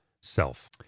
self